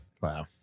Wow